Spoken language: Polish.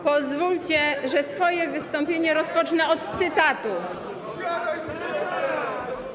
Pozwólcie, że swoje wystąpienie rozpocznę od cytatu.